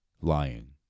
lying